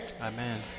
Amen